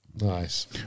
Nice